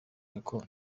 gakondo